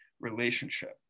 relationship